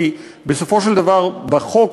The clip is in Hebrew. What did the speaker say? כי בסופו של דבר בחוק,